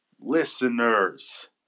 listeners